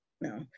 no